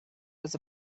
was